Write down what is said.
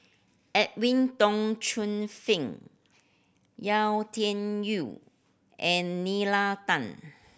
Edwin Tong Chun Fai Yau Tian Yau and Tan